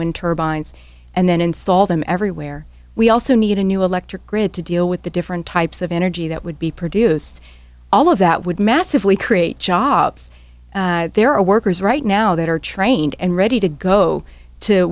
wind turbines and then install them everywhere we also need a new electric grid to deal with the different types of energy that would be produced all of that would massively create jobs there are workers right now that are trained and ready to go to